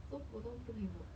我都不不可以 vote